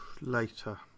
Later